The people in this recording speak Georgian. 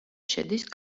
შედის